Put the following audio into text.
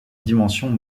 dimensions